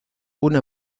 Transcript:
una